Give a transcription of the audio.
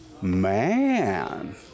Man